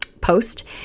post